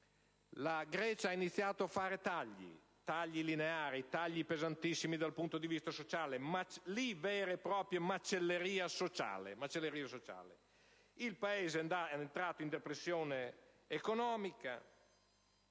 ha iniziato ad effettuare tagli lineari, pesantissimi dal punto di vista sociale, una vera e propria macelleria sociale. Il Paese è entrato in depressione economica;